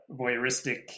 voyeuristic